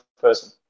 person